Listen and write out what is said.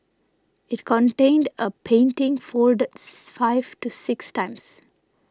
it contained a painting folded five to six times